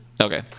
Okay